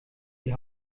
die